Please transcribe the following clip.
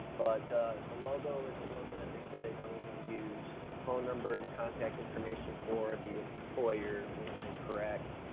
but the logo is a logo that they said they don't even use the phone number, and the contact information for the employer was incorrect,